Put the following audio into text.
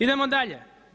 Idemo dalje.